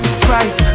spice